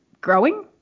growing